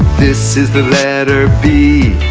this is the letter b